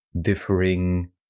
differing